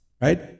right